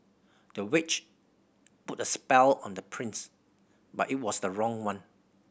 the witch put a spell on the prince but it was the wrong one